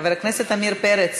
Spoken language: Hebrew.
חבר הכנסת עמיר פרץ.